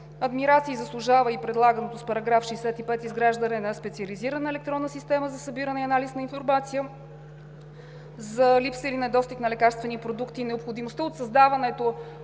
Адмирации заслужава и предлаганото с § 65 изграждане на специализирана електронна система за събиране и анализ на информация за липса и недостиг на лекарствени продукти. Необходимостта от създаването